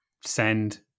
send